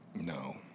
No